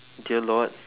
dear Lord